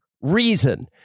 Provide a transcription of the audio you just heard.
reason